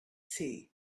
tea